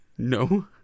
No